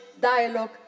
dialogue